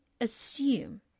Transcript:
assume